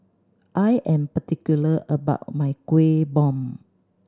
I am particular about my Kueh Bom